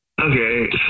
Okay